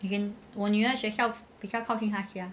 you can 我女儿学校比较靠近他家